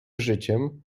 życiem